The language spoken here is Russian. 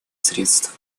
средств